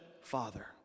father